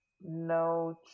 no